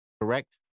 correct